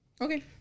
Okay